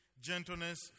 gentleness